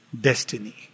destiny